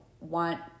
want